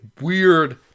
weird